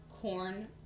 corn